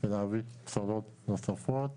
ולהביא בשורות נוספות